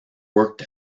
worked